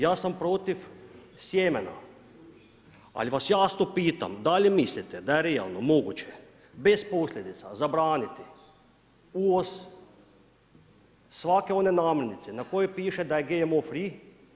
Ja sam protiv sjemena, ali vas jasno pitam da li mislite da je realno moguće bez posljedica zabraniti uvoz svake one namirnice na kojoj piše da je GMO free?